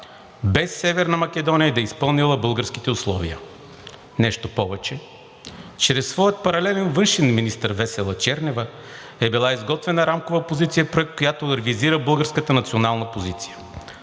без Северна Македония да е изпълнила българските условия. Нещо повече, чрез своя паралелен външен министър Весела Чернева е била изготвена рамкова позиция в проект, която да редактира българската национална позиция.